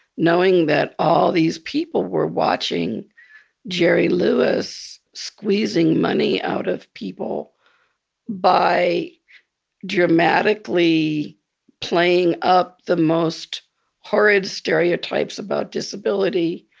knowing that all these people were watching jerry lewis squeezing money out of people by dramatically playing up the most horrid stereotypes about disability.